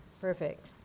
Perfect